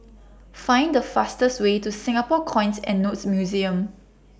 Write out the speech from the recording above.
Find The fastest Way to Singapore Coins and Notes Museum